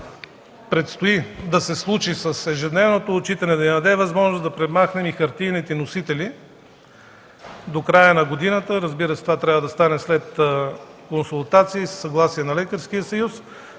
предстои да се случи с ежедневното отчитане, е да ни даде възможност да премахнем хартиените носители до края на годината. Разбира се, това трябва да стане след консултации и със съгласие на Лекарския съюз